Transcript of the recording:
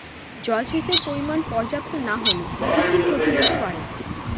জলসেচের পরিমাণ পর্যাপ্ত না হলে কি কি ক্ষতি হতে পারে?